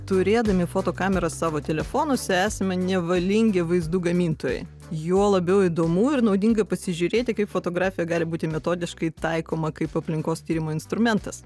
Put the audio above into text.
turėdami fotokamerą savo telefonuose esame nevalingi vaizdų gamintojai juo labiau įdomu ir naudinga pasižiūrėti kaip fotografija gali būti metodiškai taikoma kaip aplinkos tyrimų instrumentas